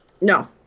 No